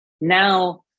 Now